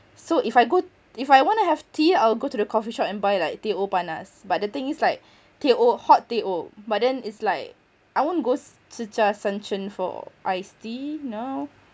so if I go if I want to have tea I'll go to the coffee shop and buy like teh O panas but the thing is like teh O hot teh O but then it's like I won't go Chicha Sanchen for iced tea now